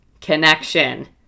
connection